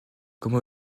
comme